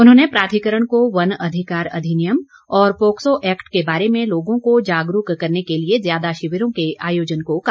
उन्होंने प्राधिकरण को वन अधिकार अधिनियम और पोक्सो एक्ट के बारे में लोगों को जागरूक करने के लिए ज्यादा शिविरों के आयोजन को कहा